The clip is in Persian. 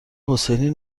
حسینی